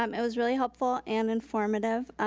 um it was really helpful and informative.